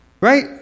right